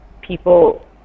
people